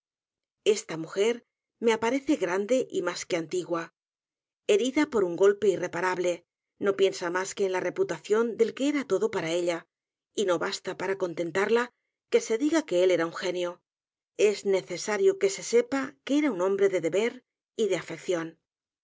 esta mujer me aparece grande y más que antigua herida por un golpe irreparable no piensa más que en su vida y sus obras la reputación del que era todo para ella y no basta para contentarla que se diga que él era un genio e s necesario que se sepa que era un hombre de deber y de afección